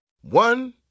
One